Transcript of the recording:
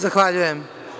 Zahvaljujem.